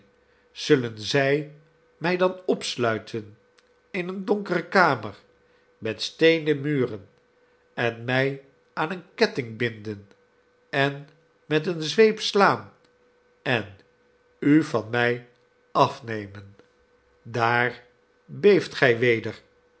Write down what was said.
zullen zij mij dan opsluiten in eene donkere kamer met steenen muren en mij aan een ketting binden en met eene zweep slaan en u van mij afnemen daar beeft gij alweder